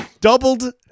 Doubled